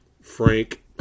Frank